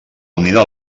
unida